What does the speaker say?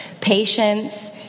patience